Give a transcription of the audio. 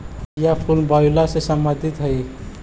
यह फूल वायूला से संबंधित हई